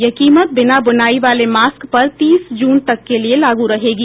यह कीमत बिना बुनाई वाले मास्क पर तीस जून तक के लिए लागू रहेगी